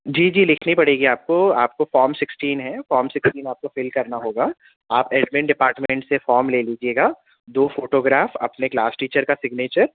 جی جی لکھنی پڑے گی آپ کو آپ کو فام سکسٹین ہے فام سکسٹین آپ کو فل کرنا ہوگا آپ ایڈمن ڈپارٹمنٹ سے فام لے لیجیے گا دو فوٹوگراف اپنے کلاس ٹیچر کا سگنیچر